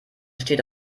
steht